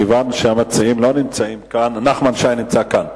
כיוון שהמציעים לא נמצאים כאן, נחמן שי נמצא כאן.